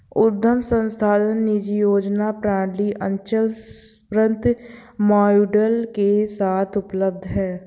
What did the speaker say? उद्यम संसाधन नियोजन प्रणालियाँ अचल संपत्ति मॉड्यूल के साथ उपलब्ध हैं